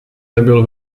nebyl